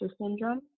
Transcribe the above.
syndrome